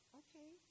okay